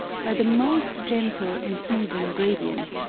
by the most gentle and even gradient,